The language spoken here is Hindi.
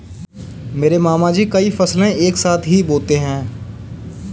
मेरे मामा जी कई फसलें एक साथ ही बोते है